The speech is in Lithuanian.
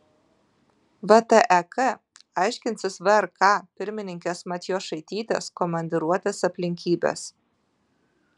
vtek aiškinsis vrk pirmininkės matjošaitytės komandiruotės aplinkybes